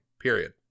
Period